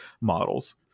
models